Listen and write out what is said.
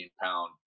pound